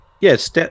Yes